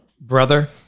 Brother